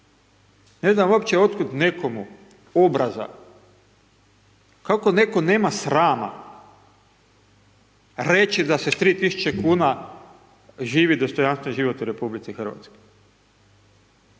Ne znam uopće otkud nekomu obraza, kako netko nema srama reći da se sa 3000 kuna živi dostojanstveni život u RH. Tolika